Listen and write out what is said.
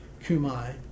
Kumai